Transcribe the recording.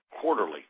quarterly